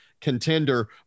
contender